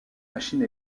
machine